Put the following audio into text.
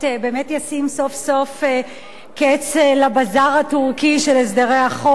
באמת ישים סוף-סוף קץ לבזאר הטורקי של הסדרי החוב,